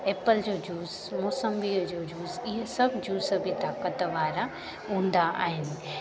Apple जो juice मौसंबीअ जो जूस इहे सभु जूस बि ताक़त वारा हूंदा आहिनि